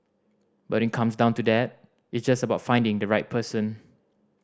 but when it comes to that it's just about finding the right person